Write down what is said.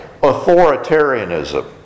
authoritarianism